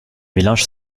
mélange